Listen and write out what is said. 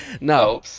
No